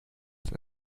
than